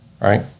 Right